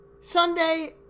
Sunday